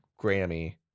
Grammy